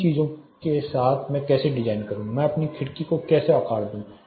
इन चीजों के साथ मैं कैसे डिजाइन करूं या मैं अपनी खिड़की को कैसे आकार दूं